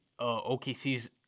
OKC's